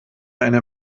eine